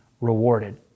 rewarded